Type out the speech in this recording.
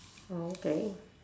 orh okay